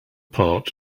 part